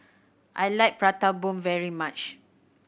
I like Prata Bomb very much